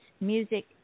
music